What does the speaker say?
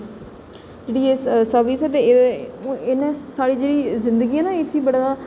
जेह्ड़ी सर्विस ऐ ते एह् इ'नें साढ़ी जेह्ड़ी जिंदगी ऐ ना इसी बड़ा